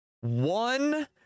one